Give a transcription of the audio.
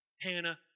Hannah